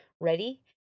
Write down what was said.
ready